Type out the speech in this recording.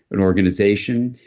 an organization.